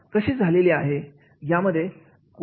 यामध्ये कोणत्या जागा कशा रचित केलेल्या आहेत